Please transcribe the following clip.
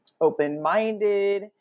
open-minded